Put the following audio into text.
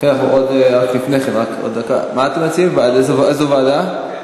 מה אתם מציעים, איזו ועדה?